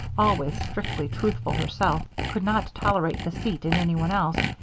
always strictly truthful herself, could not tolerate deceit in anyone else,